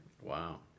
Wow